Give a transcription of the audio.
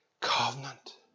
covenant